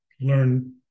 learn